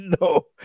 No